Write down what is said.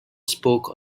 spoke